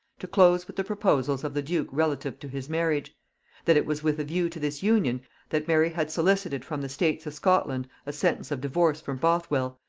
to close with the proposals of the duke relative to his marriage that it was with a view to this union that mary had solicited from the states of scotland a sentence of divorce from bothwell,